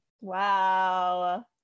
Wow